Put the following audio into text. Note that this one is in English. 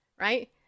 right